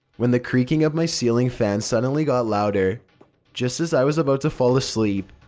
when the creaking of my ceiling fan suddenly got louder just as i was about to fall asleep.